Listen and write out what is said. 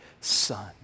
Son